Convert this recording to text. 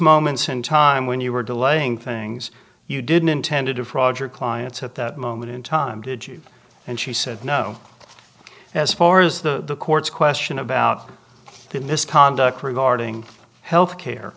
moments in time when you were delaying things you didn't intend to defraud your clients at that moment in time did you and she said no as far as the court's question about the misconduct regarding health care